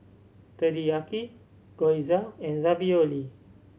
Teriyaki Gyoza and Ravioli